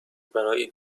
برای